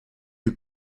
you